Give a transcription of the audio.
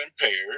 impaired